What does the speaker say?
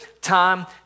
time